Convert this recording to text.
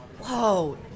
Whoa